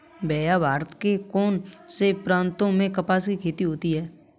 भैया भारत के कौन से प्रांतों में कपास की खेती होती है?